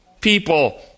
people